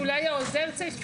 אולי העוזר צריך,